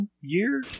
year